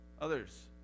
Others